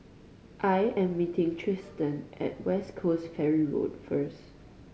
I am meeting Tristin at West Coast Ferry Road first